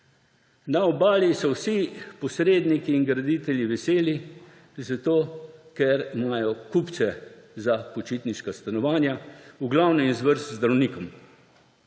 Na Obali so vsi posredniki in graditelji veseli, ker imajo kupce za počitniška stanovanja v glavnem iz vrst zdravnikov,